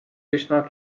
üsna